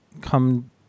come